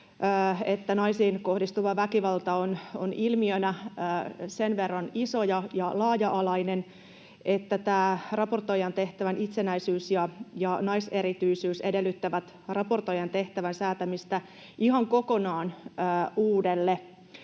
että naisiin kohdistuva väkivalta on ilmiönä sen verran iso ja laaja-alainen, että tämän raportoijan tehtävän itsenäisyys ja naiserityisyys edellyttävät raportoijan tehtävän säätämistä ihan kokonaan uudelle